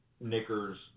knickers